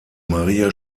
maria